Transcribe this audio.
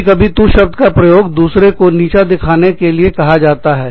कभी कभी 'तू' शब्द का प्रयोग दूसरे को नीचा दिखाने के लिए कहा जाता है